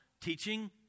teaching